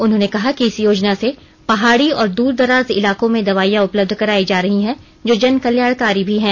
उन्होंने कहा कि इस योजना से पहाड़ी और दूरदराज इलाकों में दवाईयां उपलब्ध करायी जा रही है जो जन कल्याणकारी भी है